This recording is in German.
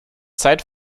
seit